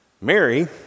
Mary